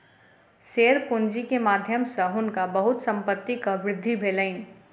share पूंजी के माध्यम सॅ हुनका बहुत संपत्तिक वृद्धि भेलैन